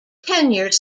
tenure